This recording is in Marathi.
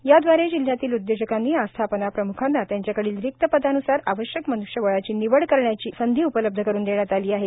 याद्वारे जिल्हयातील उद्योजकांनी आस्थापना प्रम्खांना त्यांच्याकडील रिक्त पदान्सार आवश्यक मन्ष्यबळाची निवड करण्याची उपलब्ध करून देण्यात आली आहे